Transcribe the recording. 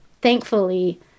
thankfully